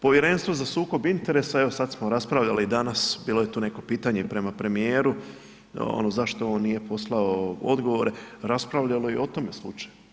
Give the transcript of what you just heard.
Povjerenstvo za sukob interesa, evo sad smo raspravljali i danas, bilo je tu neko pitanje prema premijeru, da ono zašto on nije poslao odgovore, raspravljalo i o tome slučaj.